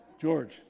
George